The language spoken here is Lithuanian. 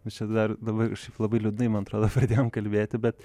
mes čia dar dabar labai liūdnai man atrodo pradėjom kalbėti bet